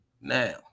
now